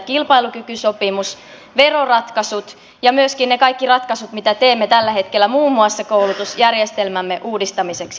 kilpailukykysopimus veroratkaisut ja myöskin ne kaikki ratkaisut mitä teemme tällä hetkellä muun muassa koulutusjärjestelmämme uudistamiseksi